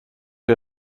der